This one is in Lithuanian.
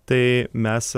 tai mes